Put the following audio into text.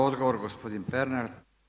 Odgovor gospodin Pernar.